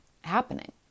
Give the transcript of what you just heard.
happening